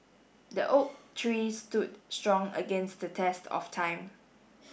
the oak tree stood strong against the test of time